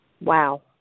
Wow